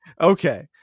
Okay